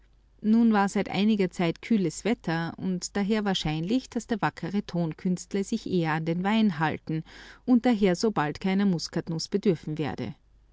nun war seit einiger zeit kühles wetter und daher wahrscheinlich daß der wackere tonkünstler sich eher an den wein halten und daher so bald keine muskatnuß bedürfen werde